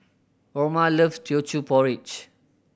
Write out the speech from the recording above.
Orma loves Teochew Porridge